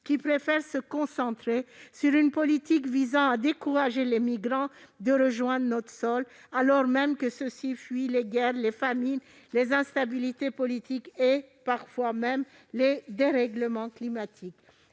qui préfère se concentrer sur une politique visant à décourager les migrants de rejoindre notre sol alors même que ceux-ci fuient les guerres, les famines, l'instabilité politique et, parfois même, les dérèglements climatiques.